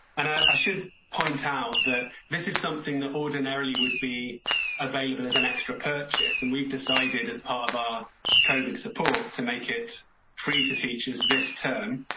i should point out that this is something that ordinarily would be available as an extra purchase and we've decided as part of our covert support to make it free for teachers this term,